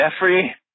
Jeffrey